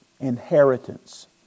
inheritance